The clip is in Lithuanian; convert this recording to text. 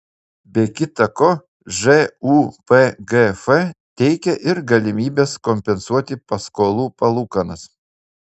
be kita ko žūpgf teikia ir galimybes kompensuoti paskolų palūkanas